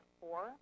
four